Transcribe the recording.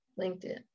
LinkedIn